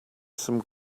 some